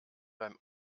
beim